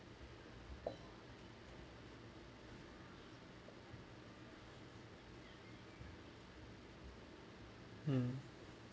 mm